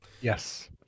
Yes